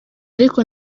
ariko